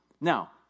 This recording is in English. Now